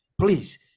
please